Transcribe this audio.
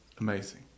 amazing